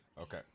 Okay